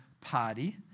party